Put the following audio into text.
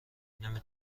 نمی